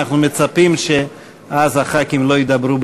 ואנחנו מצפים שאז הח"כים לא ידברו,